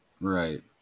Right